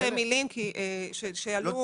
אני רוצה להגיד עוד שתי מילים שעלו.